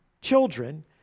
children